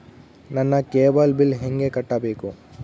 ನನ್ನ cable bill ಹೆಂಗ ಕಟ್ಟಬೇಕು?